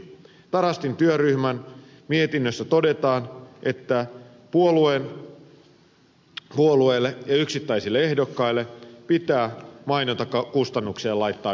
tarastin työryhmän mietinnössä todetaan että puolueille ja yksittäisille ehdokkaille pitää mainontakustannuksille laittaa yläraja